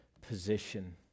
position